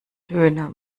döner